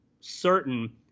certain